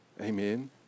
Amen